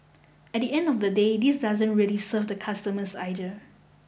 at the end of the day this doesn't really serve the customers either